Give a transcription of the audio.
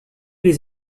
les